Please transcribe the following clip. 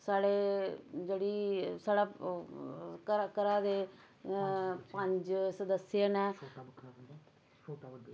साढ़े जोह्ड़ी साढ़ा घरा घरा दे पंज सदस्य नै